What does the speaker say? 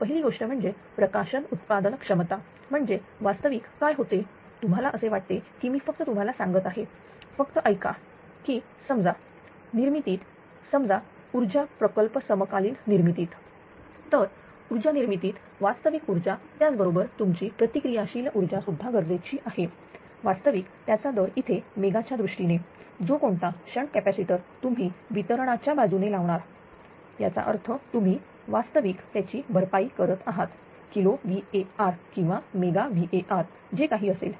पहिली गोष्ट म्हणजे प्रकाशन उत्पादन क्षमता म्हणजे वास्तविक काय होते तुम्हाला असे वाटते की मी फक्त तुम्हाला सांगत आहे फक्त ऐका की समजा निर्मितीत समजा ऊर्जा प्रकल्प समकालीन निर्मितीत तर ऊर्जा निर्मितीत वास्तविक ऊर्जा त्याचबरोबर तुमची प्रतिक्रिया शील ऊर्जा सुद्धा गरजेची आहे वास्तविक त्याचा दर इथे मेगा च्या दृष्टीने जो कोणता शंट कॅपॅसिटर तुम्ही वितरणाच्या बाजूने लावणार याचा अर्थ तुम्ही वास्तविक त्याची भरपाई करत आहात किलो VAr किंवा मेगा VAr जे काही असेल